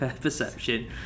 perception